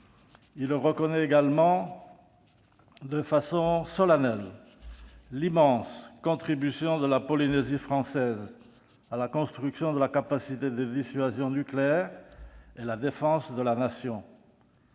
Il reconnaît également, de façon solennelle, l'immense contribution de la Polynésie française à la construction de la capacité de dissuasion nucléaire et à la défense de la Nation.